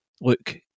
Look